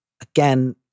again